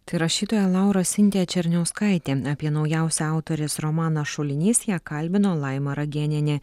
tai rašytoja laura sintija černiauskaitė apie naujausią autorės romaną šulinys ją kalbino laima ragėnienė